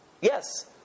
Yes